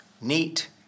Neat